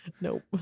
Nope